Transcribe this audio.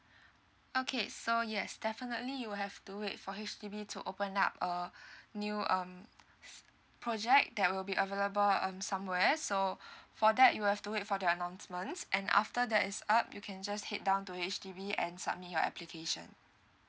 okay so yes definitely you have to wait for H_D_B to open up a new um project that will be available um somewhere so for that you have to wait for the announcements and after that it's up you can just head down to H_D_B and submit your application